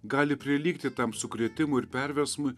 gali prilygti tam sukrėtimui ir perversmui